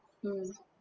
mm